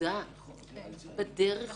העבודה בדרך הוא --- כן.